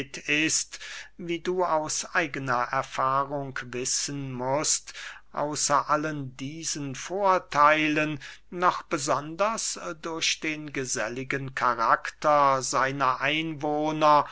ist wie du aus eigener erfahrung wissen mußt außer allen diesen vortheilen noch besonders durch den geselligen karakter seiner einwohner